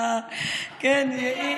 כן, זה,